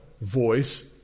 voice